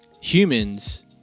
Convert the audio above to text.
Humans